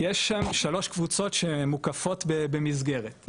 שם שלוש קבוצות שמוקפות במסגרת,